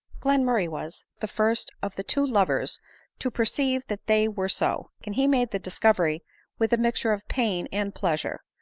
glenmurray was the first of the two lovers to perceive that they were so and he made the discovery with a mixture of pain and pleasure.